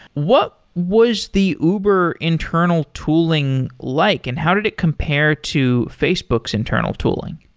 what was the uber internal tooling like and how did it compare to facebook's internal tooling?